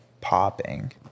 popping